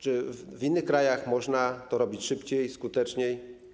Czy w innych krajach można to robić szybciej, skuteczniej?